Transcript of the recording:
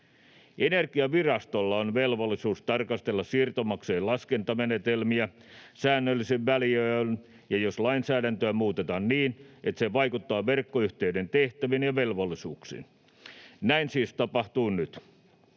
Energiavirastolla on velvollisuus tarkastella siirtomaksujen laskentamenetelmiä säännöllisin väliajoin ja jos lainsäädäntöä muutetaan niin, että se vaikuttaa verkkoyhtiöiden tehtäviin ja velvollisuuksiin. Näin siis tapahtuu nyt.